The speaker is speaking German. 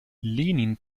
lenin